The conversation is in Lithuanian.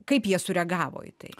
kaip jie sureagavo į tai